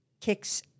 kicks